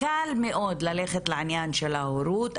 קל מאוד ללכת לעניין של ההורות.